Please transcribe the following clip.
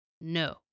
No